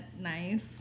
nice